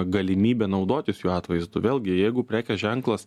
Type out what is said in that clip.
galimybę naudotis jų atvaizdu vėlgi jeigu prekės ženklas